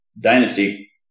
dynasty